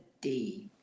day